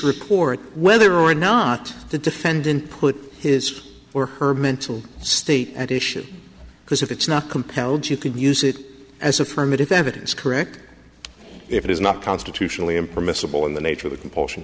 record whether or not the defendant put his or her mental state at issue because if it's not compelled you can use it as affirmative evidence correct if it is not constitutionally impermissible in the nature of a compulsion